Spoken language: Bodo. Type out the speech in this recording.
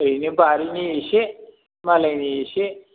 ओरैनो बारिनि एसे मालायनि एसे